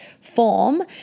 form